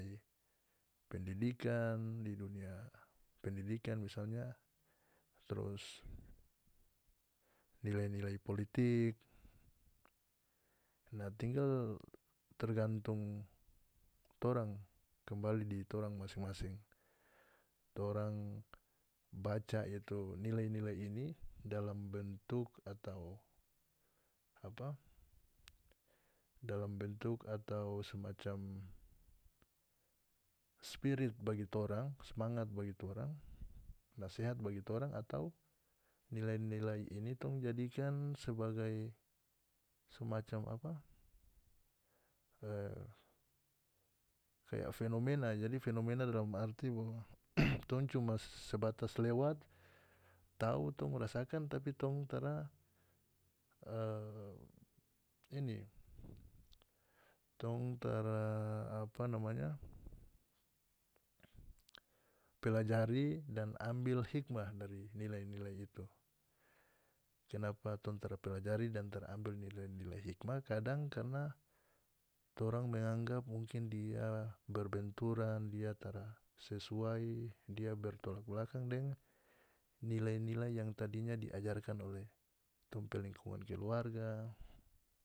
Pendidikan di dunia pendidikan misalnya terus nilai-nilai politik nah tinggal tergantung torang kembali di torang masing-masing torang baca itu nilai-nilai ini dalam bentuk atau apa dalam bentuk atau semacam spirit bagi torang smangat bagi torang nasehat bagi torang atau nilai-niali ini tong jadikan sebagai semacam apa e kaya fenomena jadi fenomena dalam arti bahwa tong cuma sebatas lewat tau tong mo rasakan tapi tong tara e ini tong tara apa namanya pelajari dan ambil hikmah dari nilai-nilai itu kenapa tong tara pelajari dan tara ambil nilai-nilai hikmah kadang karna torang menganggap mungkin dia berbenturan dia tara sesuai dia bertolak belakang deng nilai-nilai yang tadinya diajarkan oleh tong pe lingkungan keluarga.